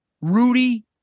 Rudy